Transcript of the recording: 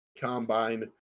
combine